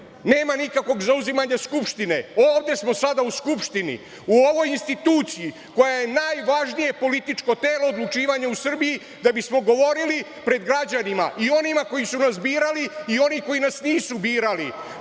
Nema nikakvog zauzimanja Skupštine. Ovde smo sada u Skupštini, u ovoj instituciji koja je najvažnije političko telo odlučivanja u Srbiji, da bismo govorili pred građanima i onima koji su nas birali i oni koji nas nisu birali.